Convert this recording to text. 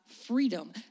freedom